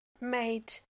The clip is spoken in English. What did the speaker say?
made